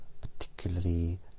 particularly